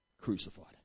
crucified